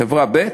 חברה ב'